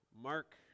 Mark